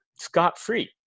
scot-free